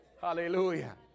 hallelujah